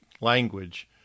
language